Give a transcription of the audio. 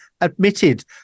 admitted